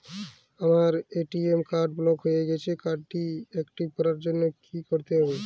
আমার ATM card block হয়ে গেছে কার্ড টি একটিভ করার জন্যে কি করতে হবে?